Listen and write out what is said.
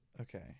Okay